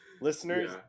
listeners